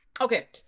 okay